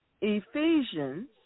Ephesians